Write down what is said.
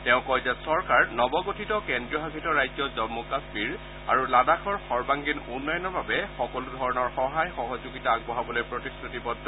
তেওঁ কয় যে চৰকাৰ নৱ গঠিত কেন্দ্ৰীয় শাসিত ৰাজ্য জম্মু কাশ্মীৰ আৰু লাডাখৰ সৰ্বাংগীন উন্নয়নৰ বাবে সকলো ধৰণৰ সহায় সহযোগিতা আগবঢ়াবলৈ প্ৰতিশ্ৰতিবদ্ধ